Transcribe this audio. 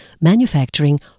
manufacturing